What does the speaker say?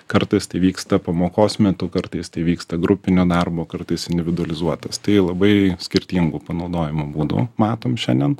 kartais tai vyksta pamokos metu kartais tai vyksta grupinio darbo kartais individualizuotas tai labai skirtingų panaudojimo būdų matom šiandien